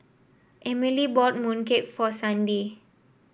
Emilee bought mooncake for Sandi